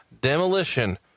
Demolition